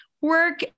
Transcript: work